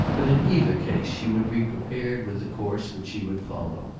but in either case she would be prepared with the course which she would follow.